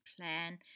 plan